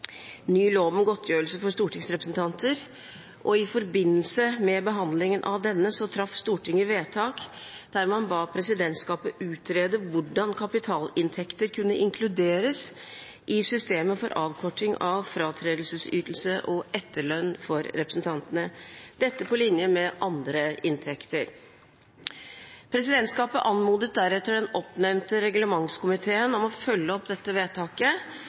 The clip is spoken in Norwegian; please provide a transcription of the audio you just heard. ny lov om godtgjørelse for stortingsrepresentanter. I forbindelse med behandlingen av denne fattet Stortinget vedtak der man ba presidentskapet utrede hvordan kapitalinntektene kunne inkluderes i systemet for avkorting av fratredelsesytelse og etterlønn for representantene – dette på linje med andre inntekter. Presidentskapet anmodet deretter den oppnevnte reglementskomiteen om å følge opp dette vedtaket,